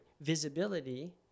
visibility